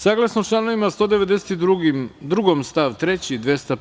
Saglasno članovima 192. stav 3. i 201.